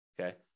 okay